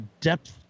depth